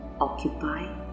Occupy